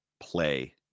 play